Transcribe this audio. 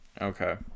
okay